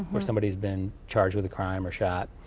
or somebody's been charged with a crime or shot.